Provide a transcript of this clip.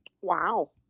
Wow